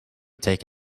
take